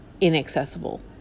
inaccessible